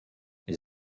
les